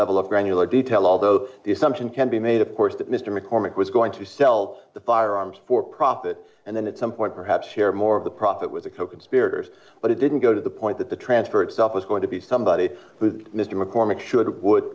level of granular detail although the assumption can be made of course that mr mccormick was going to sell the firearms for profit and then that some point perhaps share more of the profit was a coconspirators but it didn't go to the point that the transfer itself was going to be somebody with mr maccormack should would